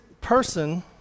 person